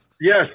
Yes